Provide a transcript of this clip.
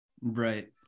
Right